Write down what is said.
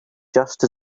just